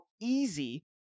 easy